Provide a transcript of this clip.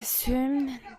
assume